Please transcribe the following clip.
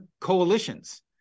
coalitions